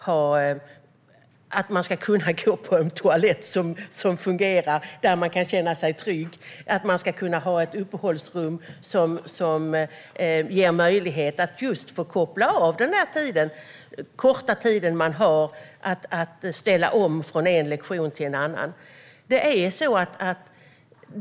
Man måste kunna gå på en toalett som fungerar och där man kan känna sig trygg och ha ett uppehållsrum som ger möjlighet att koppla av den korta tid man har på sig att ställa om från en lektion till en annan.